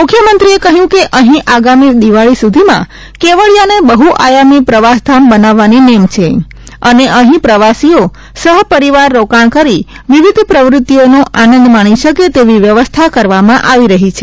મુખ્યમંત્રીએ કહ્યું કે અહીં આગામી દિવાળી સુધીમાં કેવડિયાને બહુ આયામી પ્રવાસ ધામ બનાવવાની નેમ છે અને અહીં પ્રવાસીઓ સહ પરિવાર રોકાણ કરી વિવિધ પ્રવૃત્તિઓનો આનંદ માણી શકે તેવી વ્યવસ્થા કરવામાં આવી રહી છે